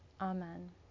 Amen